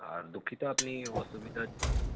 আর দুঃখিত আপনি অসুবিধা